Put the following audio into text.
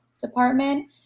department